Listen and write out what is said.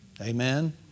Amen